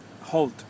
hold